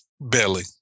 belly